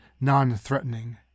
non-threatening